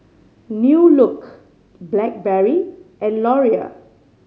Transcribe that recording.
New Look Blackberry and Laurier